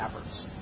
efforts